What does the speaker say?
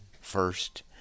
first